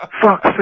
Fuck